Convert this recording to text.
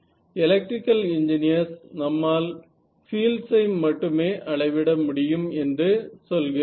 electrical engineers நம்மால் பீல்ட்ஸ்யை மட்டுமே அளவிட முடியும் என்று சொல்கிறார்கள்